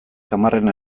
hamarrena